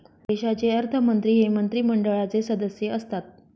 देशाचे अर्थमंत्री हे मंत्रिमंडळाचे सदस्य असतात